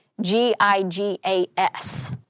G-I-G-A-S